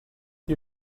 you